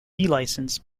license